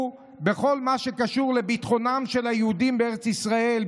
בכל מה שקשור לביטחונם של היהודים בארץ ישראל,